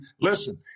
listen